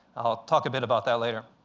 i'll talk a bit about that later.